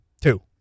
Two